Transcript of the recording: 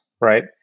right